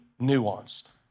nuanced